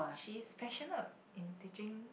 she's passionate in teaching